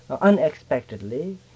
unexpectedly